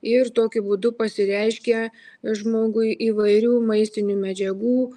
ir tokiu būdu pasireiškia žmogui įvairių maistinių medžiagų